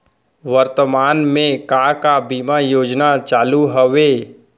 वर्तमान में का का बीमा योजना चालू हवये